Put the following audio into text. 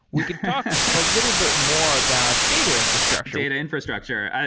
we could talk a little bit more about data infrastructure. data infrastructure.